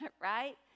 right